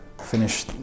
finish